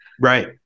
Right